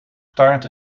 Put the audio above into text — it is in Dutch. taart